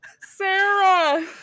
Sarah